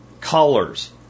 colors